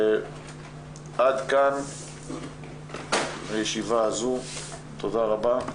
עד כאן הישיבה הזו, תודה רבה,